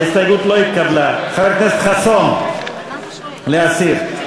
ההסתייגויות של חבר הכנסת משה גפני לסעיף 04,